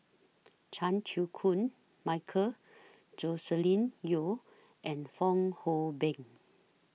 Chan Chew Koon Michael Joscelin Yeo and Fong Hoe Beng